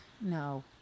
No